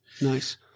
Nice